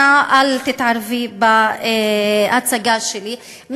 אנא אל תתערבי בהצגה שלי,